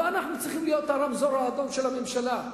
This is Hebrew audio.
לא אנחנו צריכים להיות הרמזור האדום של הממשלה.